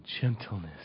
gentleness